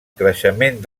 creixement